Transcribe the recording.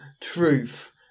truth